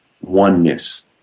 oneness